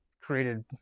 created